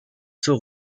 zur